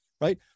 Right